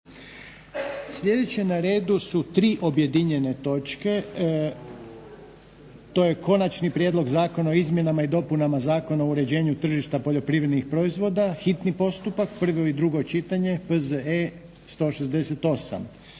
Sljedeći na redu su tri objedinjene točke. To je - Konačni prijedlog zakona o izmjenama i dopunama Zakona o uređenju tržišta poljoprivrednih proizvoda, hitni postupak, prvo i drugo čitanje, P.Z.E.